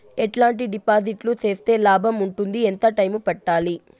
ఎట్లాంటి డిపాజిట్లు సేస్తే లాభం ఉంటుంది? ఎంత టైము పెట్టాలి?